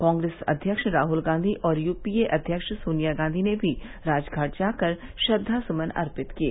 कांग्रेस अध्यक्ष राहुल गांधी और यूपीए अध्यक्ष सोनिया गांधी ने भी राजघाट जाकर श्रद्दासुमन अर्पित किए